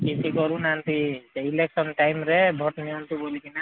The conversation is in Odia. କିଛି କରୁନାହାନ୍ତି ସେ ଇଲେକ୍ସନ୍ ଟାଇମ୍ରେ ଭୋଟ୍ ନିଅନ୍ତୁ ବୋଲି କିନା